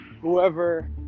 whoever